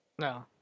No